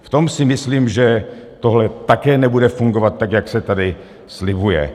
V tom si myslím, že tohle také nebude fungovat, tak jak se tady slibuje.